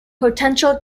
potential